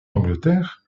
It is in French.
angleterre